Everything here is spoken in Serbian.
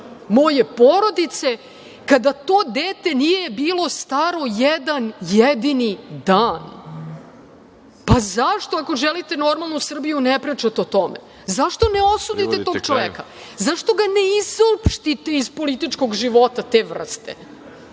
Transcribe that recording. moje porodice, kada to dete nije bilo staro jedan jedini dan. Pa zašto, ako želite normalnu Srbiju, ne pričate o tome? Zašto ne osudite tog čoveka? Zašto ga ne izopštite iz političkog života te vrste?